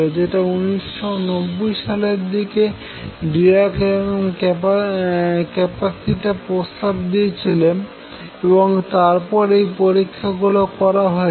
যেটা 1990 সালে ডিরাক এবং ক্যাপিটসা প্রস্তাব দিয়েছিলেন এবং তারপরে এই পরীক্ষাগুলিও করা হয়েছে